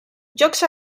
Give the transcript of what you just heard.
llocs